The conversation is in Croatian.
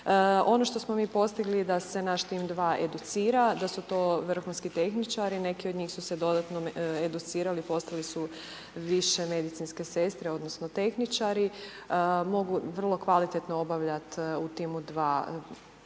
Ono što smo mi postigli da se naš tim 2 educira, da su to vrhunski tehničari, neki od njih su se dodatno educirali, postali su više medicinske sestre odnosno tehničari, mogu vrlo kvalitetno obavljati u timu 2